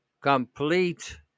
complete